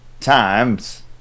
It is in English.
times